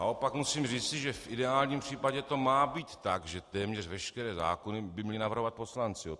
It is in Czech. Naopak tady musím říci, že v ideálním případě to má být tak, že téměř veškeré zákony by měli navrhovat poslanci.